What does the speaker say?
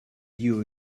you